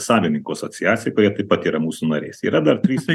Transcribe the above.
savininkų asociacija kurie taip pat yra mūsų nariais yra dar trys